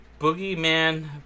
boogeyman